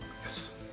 Yes